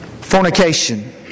fornication